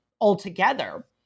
altogether